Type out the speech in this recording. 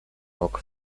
rock